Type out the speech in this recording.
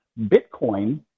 Bitcoin